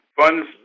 funds